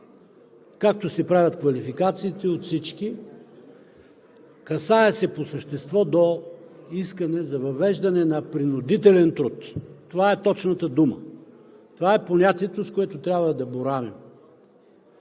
както се правят квалификации от всички. Касае се по същество до искане за въвеждане на принудителен труд. Това е точната дума. Това е понятието, с което трябва да боравим.